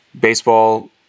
baseball